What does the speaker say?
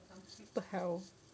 I also